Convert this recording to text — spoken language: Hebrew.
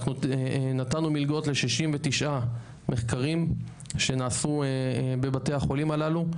אנחנו נתנו מלגות ל-69 מחקרים שנעשו בבתי החולים הללו,